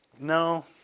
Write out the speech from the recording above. No